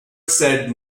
said